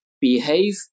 behave